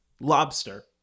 lobster